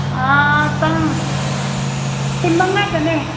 ꯇꯥꯡ ꯀꯨꯟꯃꯉꯥꯗꯅꯦ